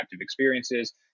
experiences